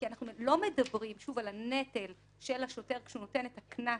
כי אנחנו לא מדברים על הנטל של השוטר כשהוא נותן את הקנס